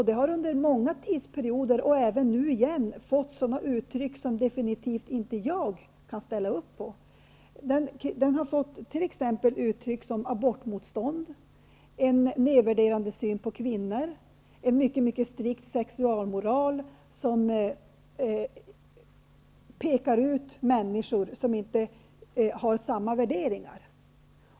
Den har under många tidsperioder, och även nu igen, kommit till uttryck på många sätt som jag definitivt inte kan ställa upp på. Den har t.ex. kommit till uttryck som abortmotstånd, en nedvärderande syn på kvinnor, en mycket strikt sexualmoral och att man pekar ut människor som inte har samma värderingar.